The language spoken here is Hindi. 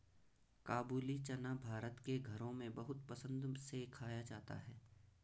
काबूली चना भारत के घरों में बहुत पसंद से खाया जाता है